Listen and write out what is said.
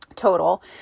Total